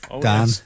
Dan